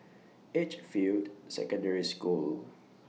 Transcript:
Edgefield Secondary School